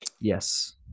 Yes